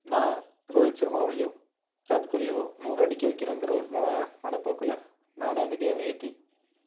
நான் ரோஹித் சர்மாவையோ விராட் கோலியவோ நூறு அடிக்க வைக்கிறேங்கற ஒரு மன மனப்போக்கில் நானே அந்த கேம ஏற்றி